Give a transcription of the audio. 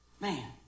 Man